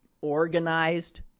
organized